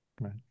Right